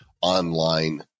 online